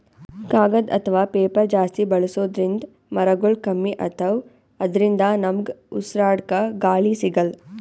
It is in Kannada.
ಕಾಗದ್ ಅಥವಾ ಪೇಪರ್ ಜಾಸ್ತಿ ಬಳಸೋದ್ರಿಂದ್ ಮರಗೊಳ್ ಕಮ್ಮಿ ಅತವ್ ಅದ್ರಿನ್ದ ನಮ್ಗ್ ಉಸ್ರಾಡ್ಕ ಗಾಳಿ ಸಿಗಲ್ಲ್